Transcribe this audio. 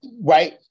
right